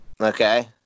Okay